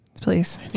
Please